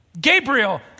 Gabriel